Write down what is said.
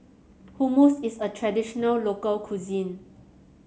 hummus is a traditional local cuisine